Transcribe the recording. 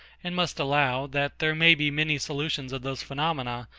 and must allow, that there may be many solutions of those phenomena,